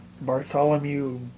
Bartholomew